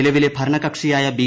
നിലവിലെ ഭരണകക്ഷിയായ ബി